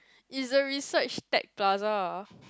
is the research tech plaza